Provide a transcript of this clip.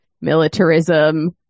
militarism